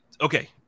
Okay